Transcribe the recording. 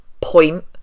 point